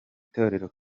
torero